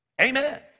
Amen